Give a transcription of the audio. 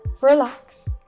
relax